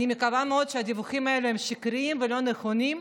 ואני מקווה שהדיווחים האלה שקריים ולא נכונים,